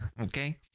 Okay